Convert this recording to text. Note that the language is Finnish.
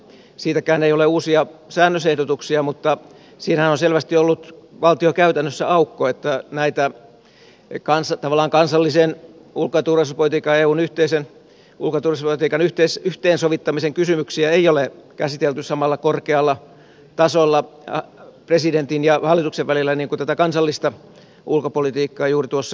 siitäkään ei ole uusia säännösehdotuksia mutta siinähän on selvästi ollut valtiokäytännössä aukko että näitä tavallaan kansallisen ulko ja turvallisuuspolitiikan eun yhteisen ulko ja turvallisuuspolitiikan yhteensovittamisen kysymyksiä ei ole käsitelty samalla korkealla tasolla presidentin ja hallituksen välillä niin kuin tätä kansallista ulkopolitiikkaa juuri tuossa utvassa